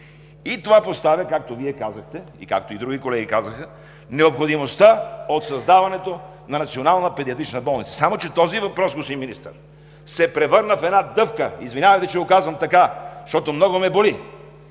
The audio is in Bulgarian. Това поставя, както и Вие, както и други колеги казаха, необходимостта от създаването на национална педиатрична болница. Само че този въпрос, господин Министър, се превърна в една дъвка. Извинявайте, че го казвам така, но е защото много ме боли.